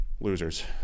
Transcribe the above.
losers